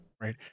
Right